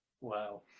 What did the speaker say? Wow